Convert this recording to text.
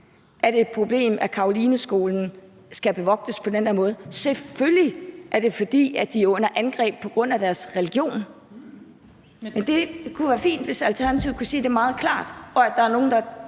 er det et problem, at Carolineskolen skal bevogtes på den her måde, og det er selvfølgelig, fordi de er under angreb på grund af deres religion. Det kunne være fint, hvis Alternativet kunne sige det meget klart og sige, at der er nogle i det